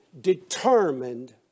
determined